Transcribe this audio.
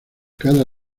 cada